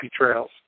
trails